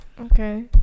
Okay